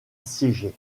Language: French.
siéger